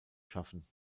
schaffen